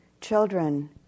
children